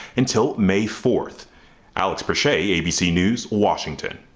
until may fourth out to push a a abc news, washington.